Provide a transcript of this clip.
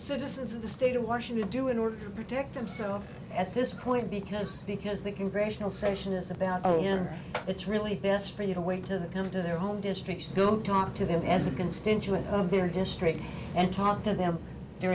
citizens of the state of washington do in order to protect themselves at this point because because the congressional session is about oh yeah it's really best for you to wait to come to their home districts go talk to them as a constituent of their district and talk to them